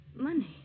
Money